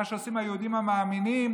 ומה שעושים היהודים המאמינים,